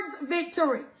victory